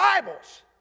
Bibles